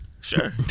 Sure